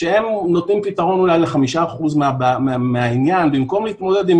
שהם נותנים פתרון אולי ל-5% מהעניין במקום להתמודד עם